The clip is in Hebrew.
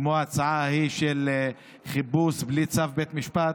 כמו ההצעה ההיא של חיפוש בלי צו בית משפט.